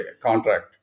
contract